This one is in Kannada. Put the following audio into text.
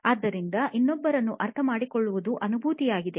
ಆದ್ದರಿಂದ ಇನ್ನೊಬ್ಬರನ್ನು ಅರ್ಥ ಮಾಡಿಕೊಳ್ಳುವುದು ಅನುಭೂತಿಯಾಗಿದೆ